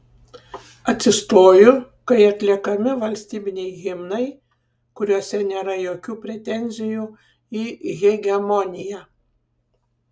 atsistoju kai atliekami valstybiniai himnai kuriuose nėra jokių pretenzijų į hegemoniją